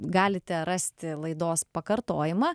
galite rasti laidos pakartojimą